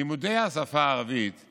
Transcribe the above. לימודי השפה הערבית הם